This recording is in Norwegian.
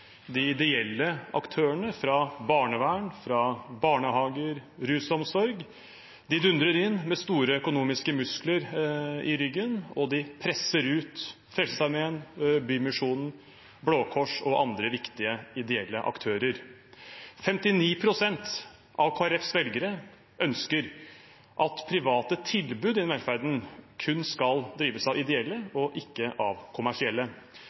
de ideelle aktørene fra barnevern, barnehager, rusomsorg. De dundrer inn med store økonomiske muskler i ryggen, og de presser ut Frelsesarmeen, Bymisjonen, Blå Kors og andre viktige ideelle aktører. 59 pst. av Kristelig Folkepartis velgere ønsker at private tilbud innen velferden kun skal drives av ideelle og ikke av kommersielle.